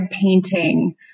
painting